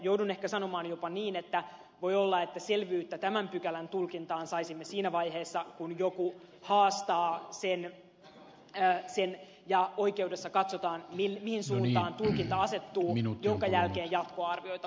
joudun ehkä sanomaan jopa niin että voi olla että selvyyttä tämän pykälän tulkintaan saisimme siinä vaiheessa kun joku haastaa sen ja oikeudessa katsotaan mihin suuntaan tulkinta asettuu jonka jälkeen jatkoarvioita